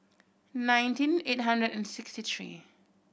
nineteen eight hundred and sixty three